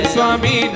Swami